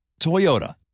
Toyota